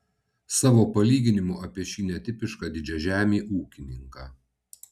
savo palyginimu apie šį netipišką didžiažemį ūkininką